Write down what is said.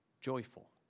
joyful